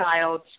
child